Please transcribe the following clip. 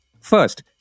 First